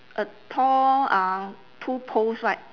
a tall uh two poles right